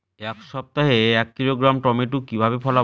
এক সপ্তাহে এক কিলোগ্রাম টমেটো কিভাবে ফলাবো?